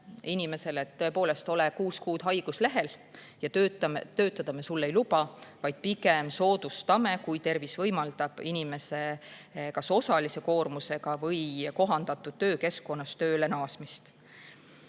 inimesele, et ole kuus kuud haiguslehel ja töötada me sul ei luba, vaid pigem soodustame, kui tervis võimaldab, inimese kas osalise koormusega või kohandatud töökeskkonnas tööle naasmist.